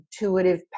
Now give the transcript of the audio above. intuitive